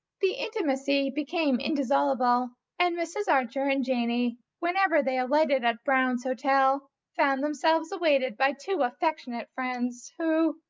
the intimacy became indissoluble, and mrs. archer and janey, whenever they alighted at brown's hotel, found themselves awaited by two affectionate friends who,